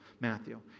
Matthew